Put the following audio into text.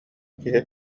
киһи